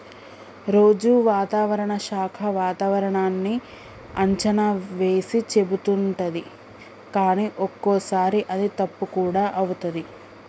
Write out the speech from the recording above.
రోజు వాతావరణ శాఖ వాతావరణన్నీ అంచనా వేసి చెపుతుంటది కానీ ఒక్కోసారి అది తప్పు కూడా అవుతది